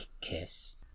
kiss